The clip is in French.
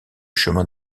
chemin